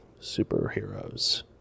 superheroes